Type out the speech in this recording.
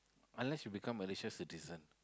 unless you become Malaysia citizen